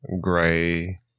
gray